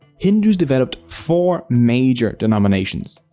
hindus developed four major denominations,